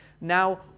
Now